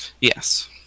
Yes